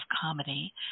comedy